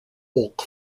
bulk